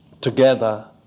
together